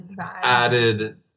added